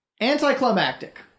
Anticlimactic